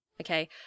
okay